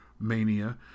Mania